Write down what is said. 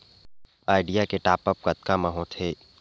Idea के top आप कतका म होथे?